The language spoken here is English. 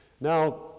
Now